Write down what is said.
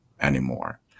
anymore